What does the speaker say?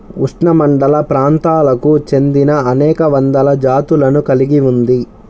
ఉష్ణమండలప్రాంతాలకు చెందినఅనేక వందల జాతులను కలిగి ఉంది